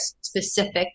specific